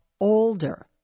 older